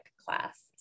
class